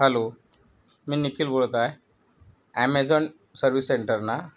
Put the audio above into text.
hello मी निखिल बोलतआहे Amazon service centre ना